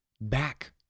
back